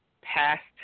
past